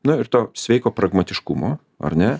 na ir to sveiko pragmatiškumo ar ne